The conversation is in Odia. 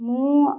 ମୁଁ